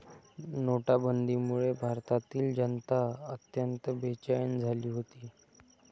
नोटाबंदीमुळे भारतातील जनता अत्यंत बेचैन झाली होती